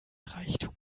reichtum